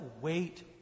wait